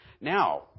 now